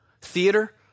theater